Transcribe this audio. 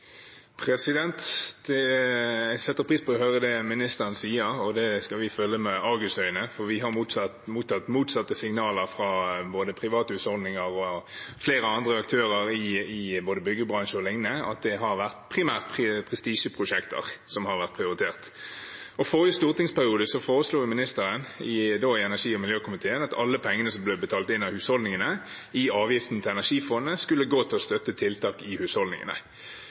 Det skal vi følge med argusøyne, for vi har mottatt motsatte signaler fra private husholdninger og flere andre aktører – i både byggebransje og lignende – om at det primært har vært prestisjeprosjekter som har vært prioritert. I forrige stortingsperiode foreslo ministeren, da som representant i energi- og miljøkomiteen, at alle pengene som ble betalt inn av husholdningene i avgiften til energifondet, skulle gå til å støtte tiltak i husholdningene.